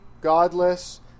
godless